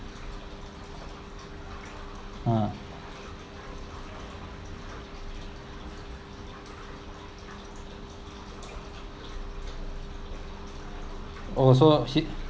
ah oh so he